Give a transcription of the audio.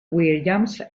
williams